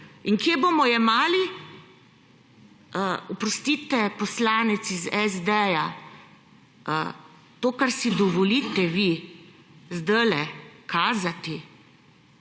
In kje bomo jemali? Oprostite, poslanec iz SD, to, kar si dovolite vi zdajle kazati,